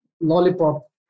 lollipop